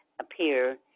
appear